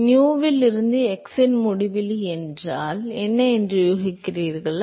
nu இலிருந்து x இன் முடிவிலி என்றால் என்ன என்று யூகிக்கிறீர்களா